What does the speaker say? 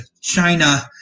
China